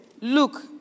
look